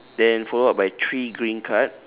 then follow up by three green card